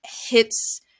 hits